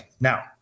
Now